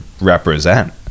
represent